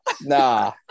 Nah